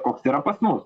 koks yra pas mus